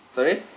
sorry